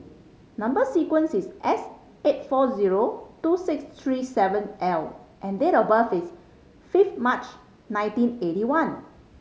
number sequence is S eight four zero two six three seven L and date of birth is fifth March nineteen eighty one